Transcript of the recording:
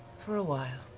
for a while.